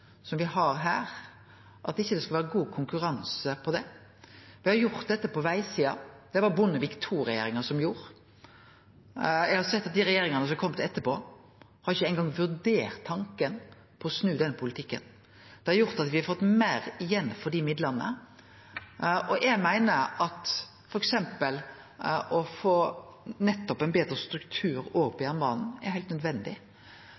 som me har her – me har gjort dette på vegsida, det var det Bondevik II-regjeringa som gjorde. Eg har sett at dei regjeringane som har kome etterpå, ikkje eingong har vurdert tanken på å snu den politikken. Det har gjort at me har fått meir igjen for dei midlane. Eg meiner at nettopp det å få ein betre struktur òg på jernbanen, er heilt nødvendig.